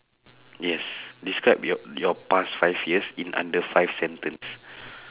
yes describe your your past five years in under five sentence